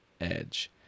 Edge